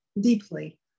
deeply